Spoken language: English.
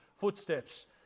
footsteps